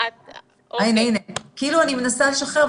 אני כאילו מנסה לשחרר,